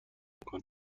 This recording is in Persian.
میکنه